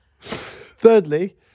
Thirdly